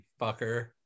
fucker